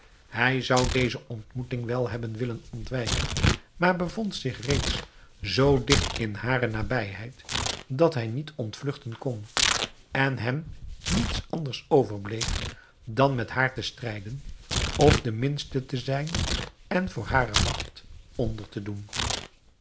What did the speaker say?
hij zou deze ontmoeting wel hebben willen ontwijken maar bevond zich reeds zoo digt in hare nabijheid dat hij niet ontvlugten kon en hem niets anders overbleef dan met haar te strijden of de minste te zijn en voor hare magt onder te doen